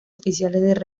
oficiales